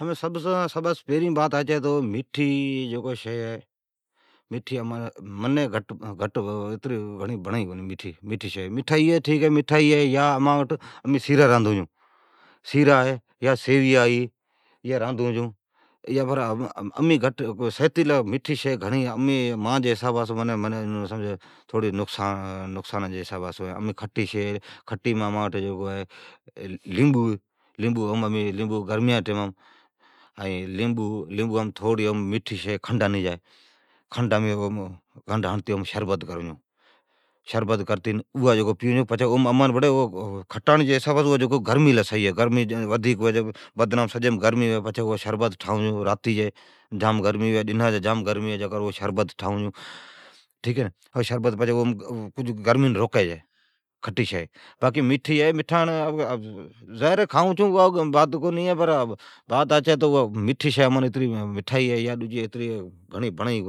ھمین سبانسون پھرین بات ھچ ہے تو مھیٹھی شی مینین بڑین ئی کونی میٹھی شئی۔ مٹھائی ہے یا سیرا جکو ہے امین راندھون چھون یا سیویا رادھون چھون۔ مانجی حصابا سون میٹھی شئی صحتی لی نقسانام ہے۔ امچی لی کھٹی شی جیون لیبون ہے۔ لیبون ھمین گرمیام اوم کھنڈ ھڑتی اوم شربت کروں چھون۔ کھٹاڑ اوا بڑی گرمی لی صحیح ہے۔ گرمی ہوی چھی، راتی جی گرمی ھوی چھی، ڈنا جی گرمی ہوی چھی تو شربت ٹھائون چھون کٹھی، اوا گرمین روکی چھی۔ مٹھائی کڈھن کڈھن کھائون چھون اوا بات کو ہے بڑ مٹھائی جکو منین